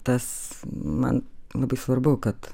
tas man labai svarbu kad